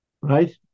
right